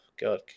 god